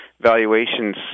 valuations